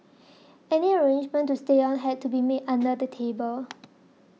any arrangement to stay on had to be made under the table